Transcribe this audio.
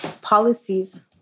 policies